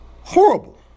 horrible